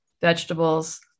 vegetables